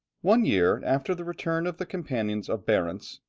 one year after the return of the companions of barentz,